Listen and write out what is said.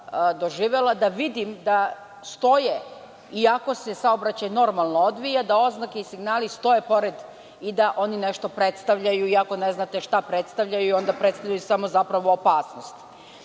da vidim da stoje, iako se saobraćaj normalno odvija, da oznake i signali stoje pored i da oni nešto predstavljaju, iako ne znate šta predstavljaju i onda predstavljaju samo zapravo opasnost. Zbog